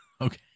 Okay